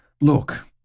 Look